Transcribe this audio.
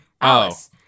Alice